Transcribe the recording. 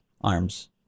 arms